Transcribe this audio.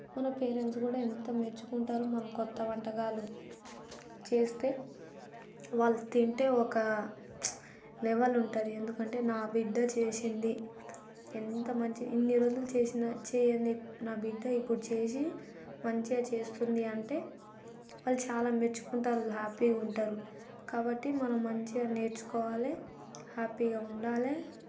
మన పేరెంట్స్ కూడా ఎంత మెచ్చుకుంటారో మన కొత్త వంటకాలు చేస్తే వాళ్ళు తింటే ఒక లెవెల్ ఉంటుంది ఎందుకంటే నా బిడ్డ చేసింది ఎంత మంచి ఇన్ని రోజులు చేసినాచేయని నా బిడ్డ ఇప్పుడు చేసి మంచిగా చేస్తుంది అంటే వాళ్ళు చాలా మెచ్చుకుంటారు హ్యాపీగా ఉంటారు కాబట్టి మనం మంచిగా నేర్చుకోవాలి హ్యాపీగా ఉండాలి